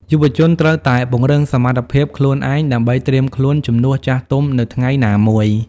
យុវជនត្រូវតែពង្រឹងសមត្ថភាពខ្លួនឯង ដើម្បីត្រៀមខ្លួនជំនួសចាស់ទុំនៅថ្ងៃណាមួយ។